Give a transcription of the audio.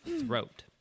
throat